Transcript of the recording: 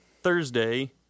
Thursday